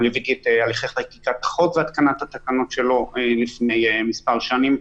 גם ליוויתי את הליכי חקיקת החוק והתקנת התקנות שלו לפני מספר שנים.